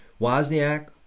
Wozniak